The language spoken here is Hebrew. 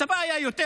הצבא היה יותר